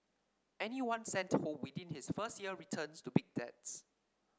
anyone sent home within his first year returns to big debts